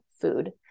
food